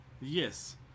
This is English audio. Yes